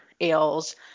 ales